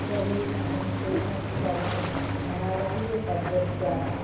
तर्हि अहं तेषां स्वागतं भारतीयपद्धत्याम्